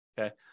Okay